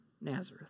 Nazareth